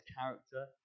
character